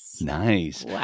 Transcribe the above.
Nice